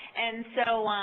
and so, um